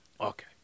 Okay